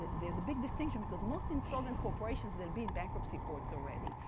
there's a big distinction because most insolvent corporations will be in bankruptcy courts already.